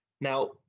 now